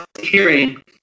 hearing